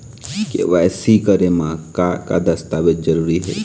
KYC करे म का का दस्तावेज जरूरी हे?